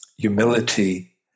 humility